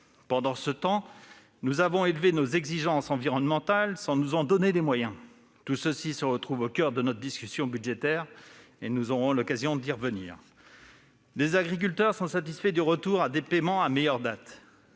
Pendant ce temps, nous avons élevé nos exigences environnementales sans nous en donner les moyens. Tout cela se trouve au coeur de notre discussion budgétaire et nous aurons l'occasion d'y revenir. Les agriculteurs sont satisfaits du retour à des paiements à meilleure date,